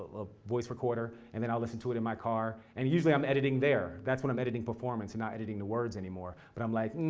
a voice recorder, and then i'll listen to it in my car. and usually, i'm editing there. that's when i'm editing performance, and not editing the words anymore. but i'm like hmm,